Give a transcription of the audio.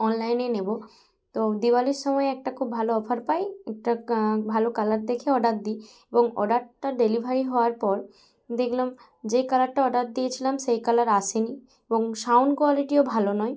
অনলাইনে নেবো তো দেওয়ালির সময় একটা খুব ভালো অফার পাই ওটা ভালো কালার দেখে অর্ডার দিই এবং অর্ডারটা ডেলিভারি হওয়ার পর দেখলাম যে কালারটা অর্ডার দিয়েছিলাম সেই কালার আসেনি এবং সাউণ্ড কোয়ালিটিও ভালো নয়